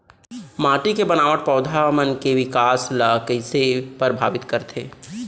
माटी के बनावट पौधा मन के बिकास ला कईसे परभावित करथे